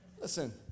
Listen